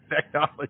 technology